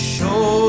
Show